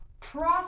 trust